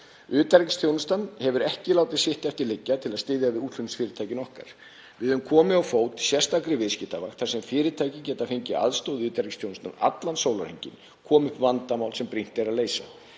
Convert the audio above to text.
hefur ekki látið sitt eftir liggja til að styðja við útflutningsfyrirtækin okkar. Við höfum komið á fót sérstakri viðskiptavakt þar sem fyrirtæki geta fengið aðstoð utanríkisþjónustunnar allan sólarhringinn komi upp vandamál sem brýnt er að leysa.